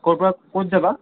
ক'ৰ পৰা ক'ত যাবা